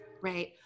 Right